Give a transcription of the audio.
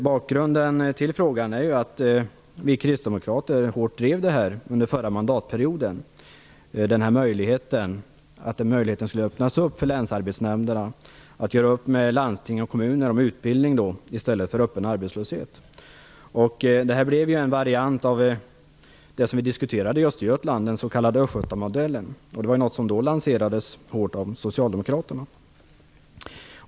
Bakgrunden till min fråga är att vi kristdemokrater under förra mandatperioden hårt drev detta med att öppna för möjligheten för länsarbetsnämnderna att göra upp med landsting och kommuner om utbildning i stället för att ha öppen arbetslöshet. Detta blev en variant av det som vi diskuterat i Östergötland - den s.k. östgötamodellen, något som då lanserades hårt av socialdemokraterna.